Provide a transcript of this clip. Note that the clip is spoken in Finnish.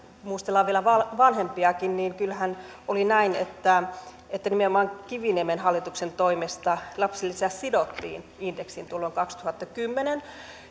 muistellaan vielä vanhempiakin niin kyllähän oli näin että että nimenomaan kiviniemen hallituksen toimesta lapsilisä sidottiin indeksiin tuolloin kaksituhattakymmenen